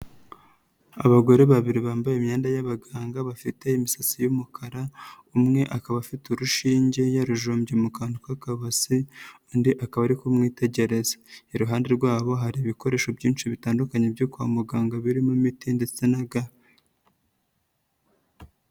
Abagore babiri bambaye imyenda y'abaganga bafite imisatsi y'umukara umwe akaba afite urushinge yarujombye mu kantu k'akabase undi akaba ari kumwitegereza, iruhande rwabo hari ibikoresho byinshi bitandukanye byo kwa muganga birimo imiti ndetse na ga.